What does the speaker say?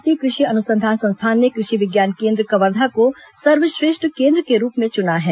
भारतीय कृषि अन्संधान संस्थान ने कृषि विज्ञान केन्द्र कवर्धा को सर्वश्रेष्ठ केन्द्र के रूप में चुना है